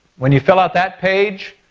when you fill out that page,